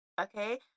Okay